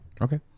okay